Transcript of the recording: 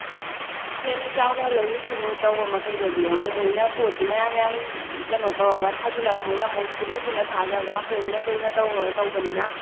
ꯍꯦꯟꯅ ꯆꯥꯎꯅ ꯂꯧꯎ ꯁꯤꯡꯎ ꯇꯧꯕ ꯃꯈꯩꯗꯗꯤ ꯑꯃꯨꯛ ꯃꯣꯏꯅ ꯄꯣꯠꯁꯤ ꯃꯌꯥꯝ ꯃꯌꯥꯝ ꯀꯩꯅꯣ ꯇꯧꯔꯒ ꯊꯥꯖꯤꯜꯂꯒ ꯃꯣꯏꯅ ꯑꯃꯨꯛ ꯄꯨꯟꯅ ꯄꯨꯟꯅ ꯊꯥꯈ꯭ꯔꯒ ꯍꯣꯡꯅ ꯀꯩꯅ ꯇꯧꯕꯅꯤꯅ